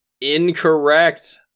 Incorrect